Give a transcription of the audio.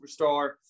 superstar